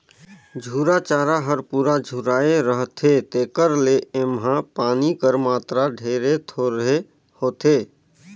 झूरा चारा हर पूरा झुराए रहथे तेकर ले एम्हां पानी कर मातरा ढेरे थोरहें होथे